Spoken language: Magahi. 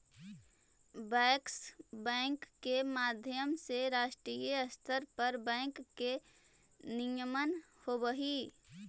बैंकर्स बैंक के माध्यम से राष्ट्रीय स्तर पर बैंक के नियमन होवऽ हइ